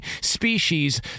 species